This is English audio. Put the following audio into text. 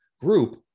group